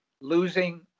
losing